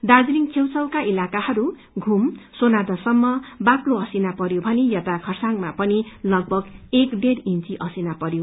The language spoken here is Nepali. दार्जीलिङका छेउछाउका इलाकाहरू घूम सोनादासम्म बाक्लो असिना परयो भने यता खरसाङमा पनि लगभग एक डेढ़ इंची असिना परयो